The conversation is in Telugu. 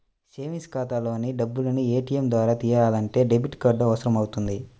సేవింగ్స్ ఖాతాలోని డబ్బుల్ని ఏటీయం ద్వారా తియ్యాలంటే డెబిట్ కార్డు అవసరమవుతుంది